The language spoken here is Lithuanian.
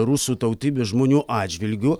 rusų tautybės žmonių atžvilgiu